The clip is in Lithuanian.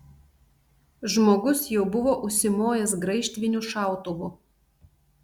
žmogus jau buvo užsimojęs graižtviniu šautuvu